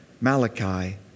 Malachi